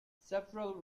several